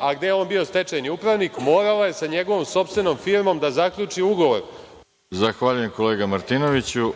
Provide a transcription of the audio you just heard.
a gde je on bio stečajni upravnik, morala je sa njegovom sopstvenom firmom da zaključi ugovor. **Veroljub Arsić**